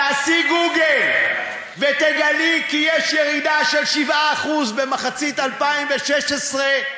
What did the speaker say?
תעשי גוגל ותגלי כי יש ירידה של 7% במחצית 2016,